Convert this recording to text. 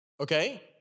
Okay